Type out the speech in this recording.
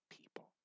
people